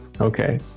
Okay